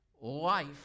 life